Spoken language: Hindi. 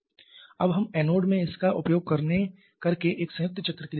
अब हम एनोड में इसका उपयोग करके एक संयुक्त चक्र के लिए जा सकते हैं